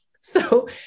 So-